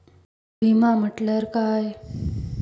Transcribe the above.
विमा म्हटल्या काय?